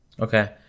Okay